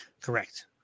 Correct